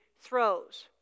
throws